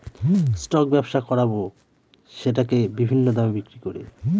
stock ব্যবসা করাবো সেটাকে বিভিন্ন দামে বিক্রি করে